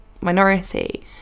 minority